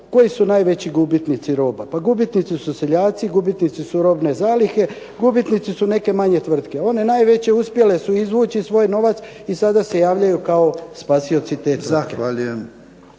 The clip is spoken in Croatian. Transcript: Koji su najveći gubitnici roba? Pa gubitnici su seljaci, gubitnici su robne zalihe, gubitnici su neke manje tvrtke. One najveće uspjele su izvući svoj novac i sada se javljaju kao spasioci te